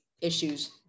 issues